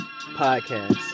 podcast